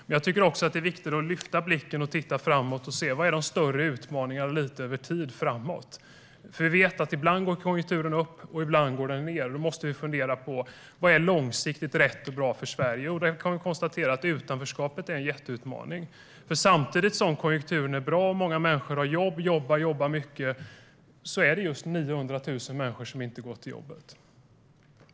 Men jag tycker också att det är viktigt att lyfta blicken och titta framåt och se vad som är de större utmaningarna över tid. Vi vet ju att konjunkturen ibland går upp och ibland ned, och då måste vi fundera på vad som är långsiktigt rätt och bra för Sverige. Då kan vi konstatera att utanförskapet är en jätteutmaning, för samtidigt som konjunkturen är bra och många människor har jobb och jobbar mycket är det 900 000 människor som inte går till jobbet.